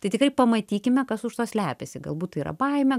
tai tikrai pamatykime kas už to slepiasi galbūt tai yra baimė